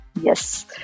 Yes